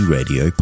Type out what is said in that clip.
Radio